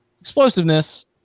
explosiveness